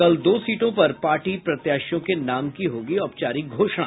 कल दो सीटों पर पार्टी प्रत्याशियों के नाम की होगी औपचारिक घोषणा